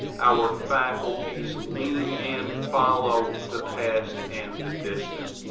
our faculties, lean, and follow the past and the distant.